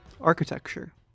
Architecture